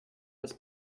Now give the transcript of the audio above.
das